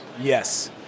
Yes